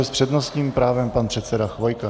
S přednostním právem pan předseda Chvojka.